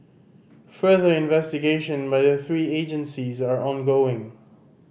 further investigation by the three agencies are ongoing